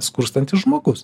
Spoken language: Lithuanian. skurstantis žmogus